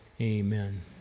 amen